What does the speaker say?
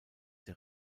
der